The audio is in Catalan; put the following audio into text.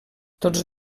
tots